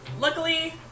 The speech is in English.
luckily